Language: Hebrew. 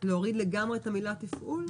להוריד לגמרי את המילה 'תפעול'?